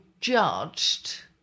judged